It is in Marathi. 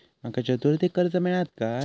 माका चतुर्थीक कर्ज मेळात काय?